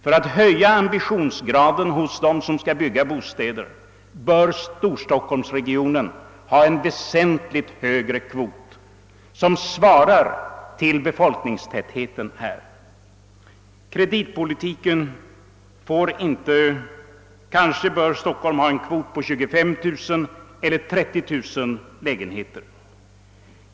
För att höja ambitionsgraden hos dem som skall bygga bostäder bör stockholmsregionen ha en väsentligt högre kvot som svarar mot folkmängden. Kanske bör Stockholm ha en kvot på 25 000 eller 30 000 lägenheter.